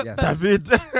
David